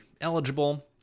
eligible